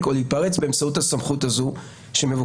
או להיפרץ באמצעות הסמכות שמבוקשת.